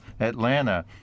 Atlanta